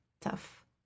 tough